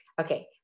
Okay